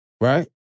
right